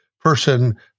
person